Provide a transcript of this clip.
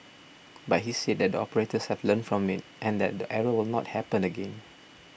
but he said that the operators have learnt from it and that the error will not happen again